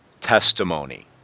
testimony